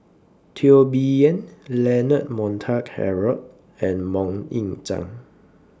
Teo Bee Yen Leonard Montague Harrod and Mok Ying Jang